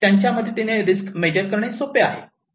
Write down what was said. त्यांच्या मदतीने risk measure करण सोपे आहे